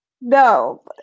No